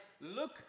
look